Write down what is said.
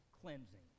cleansing